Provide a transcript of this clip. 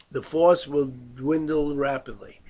the force will dwindle rapidly.